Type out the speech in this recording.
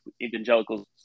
evangelicals